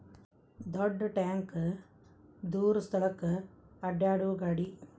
ದೊಡ್ಡ ಟ್ಯಾಂಕ ದೂರ ಸ್ಥಳಕ್ಕ ಅಡ್ಯಾಡು ಗಾಡಿ